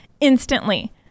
instantly